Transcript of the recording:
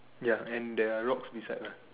ya and there are rocks besides lah